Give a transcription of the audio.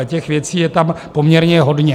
Těch věcí je tam poměrně hodně.